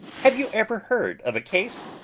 have you ever heard of a case?